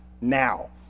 now